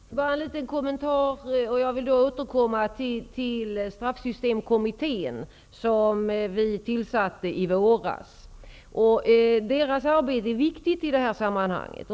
Herr talman! Jag skall bara göra ett par kommentarer. Jag vill återkomma till straffsystemkommittén, som vi tillsatte i våras. Deras arbete är viktigt i det här sammanhanget.